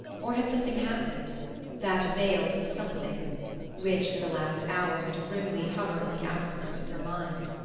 or had something happened that veiled something which, for the last hour, had grimly hovered on the outskirts of her mind?